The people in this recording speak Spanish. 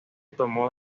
tomó